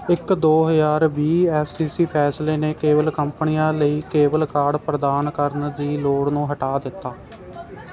ਇੱਕ ਦੋ ਹਜ਼ਾਰ ਵੀਹ ਐੱਫ਼ਸੀਸੀ ਫੈਸਲੇ ਨੇ ਕੇਬਲ ਕੰਪਨੀਆਂ ਲਈ ਕੇਬਲ ਕਾਰਡ ਪ੍ਰਦਾਨ ਕਰਨ ਦੀ ਲੋੜ ਨੂੰ ਹਟਾ ਦਿੱਤਾ